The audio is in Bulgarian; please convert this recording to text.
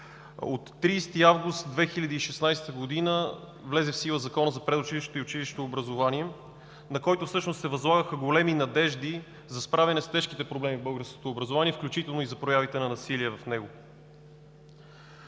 От 30 август 2016 г. влезе в сила Законът за предучилищното и училищното образование, на който всъщност се възлагаха големи надежди за спряване с тежките проблеми в българското образование, включително и за проявите на насилие в него.